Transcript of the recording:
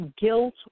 guilt